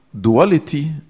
duality